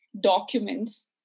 documents